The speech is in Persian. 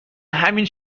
همین